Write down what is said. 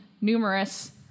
numerous